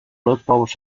lauzpabost